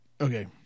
Okay